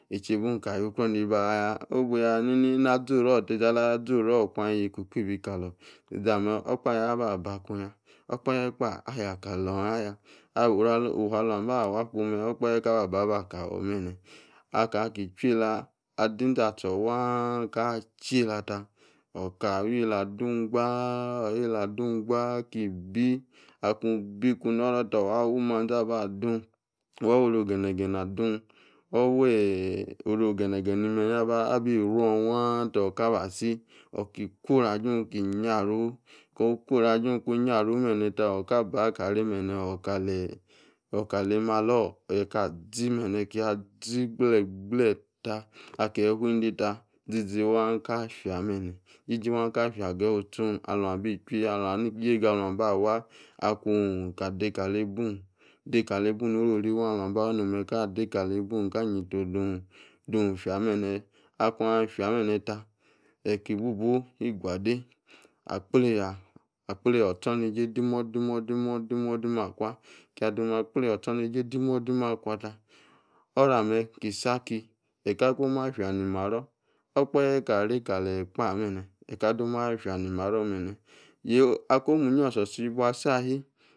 Echebi ong ka ye ukruo, ni bi oaya obuya ni na azi oruo̱. Izi ala izi oruo kun yeka okpebi kalo̱ izi ame̱ okpahe aba ba kunya. Okpahe gba afia kalo̱n aya. Oru ufua alumba wa akun me̱ okpahe aba ba aba ka wuo be̱ne̱ Aka gi chu yela adi inzacho waa ka chi yela ta, o̱ka wi yela adun gbaa wi yela dum gbaa kibi, akwu bi kun no̱ro̱ ta wa wi manzi aba dun, wa wuo oru ogene gene adun. Wa we̱e̱ oru ogene gene ime̱yi abi ruo̱n waa ta oka ba si. Ota kwu oru ajun ta yinarufu. Wuku oru ajun kun yin arufu be̱ne̱ ta, oka ba ka reme̱, okali malo̱ kazi me̱ne̱. Kia zi gble gble ta, kie fu ende tɛ jiji waa ka fiambe̱ne̱. Jiji waa ka igeyi uzi ong ichwi, yega alun aba wa, akun oka de kali ibun de kali ibun norori waa alun aba yonomume. Ka yeta odom fia mbene, akun afia mbene ta, e̱yi ki bubu igwade akbleha o̱cho̱neje dimo̱demo̱demo̱ akwa. Akia dom agbleha ochoneje dimo demo akwatɛ o̱ro̱ ame ki si aki. Eka gom afia ni maro be̱ne̱. Aki omu inyi o̱so̱so̱ ibua si ahi.